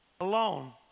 alone